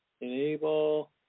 enable